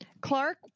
Clark